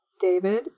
David